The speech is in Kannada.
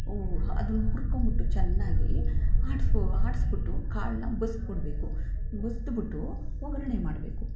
ಅವು ಹಾ ಅದನ್ನ ಹುರ್ಕೊಂಡ್ಬಿಟ್ಟು ಚೆನ್ನಾಗಿ ಆಡಿಸು ಆಡಿಸ್ಬಿಟ್ಟು ಕಾಳನ್ನ ಬಸಿದ್ಬಿಡ್ಬೇಕು ಬಸಿದ್ಬಿಟ್ಟು ಒಗ್ಗರಣೆ ಮಾಡಬೇಕು